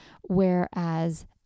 whereas